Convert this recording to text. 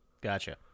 Gotcha